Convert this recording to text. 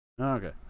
Okay